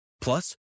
Plus